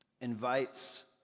invites